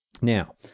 Now